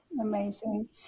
amazing